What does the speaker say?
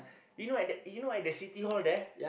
you know at the City-Hall there